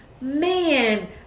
man